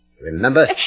Remember